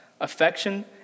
affection